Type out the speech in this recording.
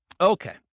Okay